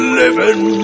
living